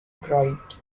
cried